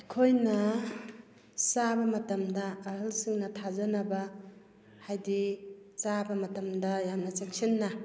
ꯑꯩꯈꯣꯏꯅ ꯆꯥꯕ ꯃꯇꯝꯗ ꯑꯍꯜꯁꯤꯡꯅ ꯊꯥꯖꯅꯕ ꯍꯥꯏꯕꯗꯤ ꯆꯥꯕ ꯃꯇꯝꯗ ꯌꯥꯝꯅ ꯆꯦꯛꯁꯤꯟꯅ